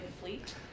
fleet